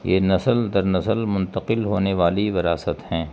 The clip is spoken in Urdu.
یہ نسل در نسل منتقل ہونے والی وراثت ہیں